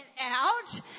out